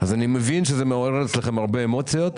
אני מבין שזה מעורר אצלכם הרבה אמוציות,